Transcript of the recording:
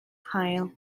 haul